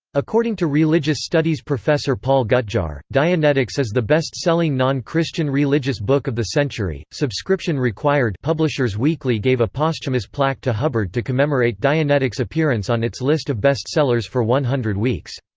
according to religious studies professor paul gutjahr, dianetics is the bestselling non-christian religious book of the century. subscription required publisher's weekly gave a posthumous plaque to hubbard to commemorate dianetics' appearance on its list of bestsellers for one hundred weeks.